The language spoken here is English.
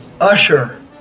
Usher